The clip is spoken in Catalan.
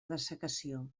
dessecació